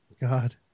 God